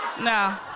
No